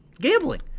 Gambling